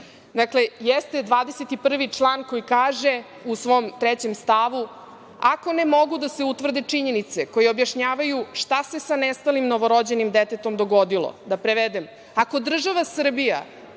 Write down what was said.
Dakle 21. član kaže u svom 3. stavu – ako ne mogu da se utvrde činjenice koje objašnjavaju šta se sa nestalim novorođenim detetom dogodilo, da prevedem, ako država Srbija